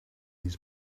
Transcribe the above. his